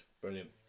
Brilliant